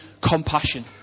compassion